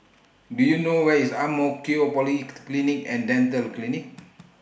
Do YOU know Where IS Ang Mo Kio Polyclinic and Dental Clinic